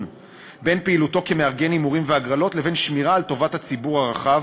בין פעילותו כמארגן הימורים והגרלות לבין שמירה על טובת הציבור הרחב,